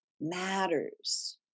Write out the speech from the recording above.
matters